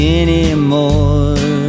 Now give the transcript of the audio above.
anymore